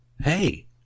hey